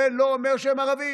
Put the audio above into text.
זה לא אומר שהם ערבים.